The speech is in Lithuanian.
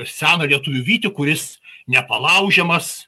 seną lietuvių vytį kuris nepalaužiamas